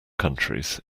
countries